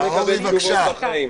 לבקשתך,